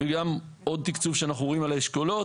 וגם עוד תקצוב שאנחנו רואים לאשכולות.